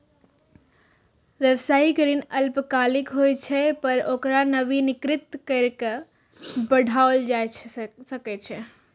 व्यावसायिक ऋण अल्पकालिक होइ छै, पर ओकरा नवीनीकृत कैर के बढ़ाओल जा सकै छै